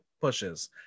pushes